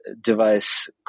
device